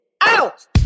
out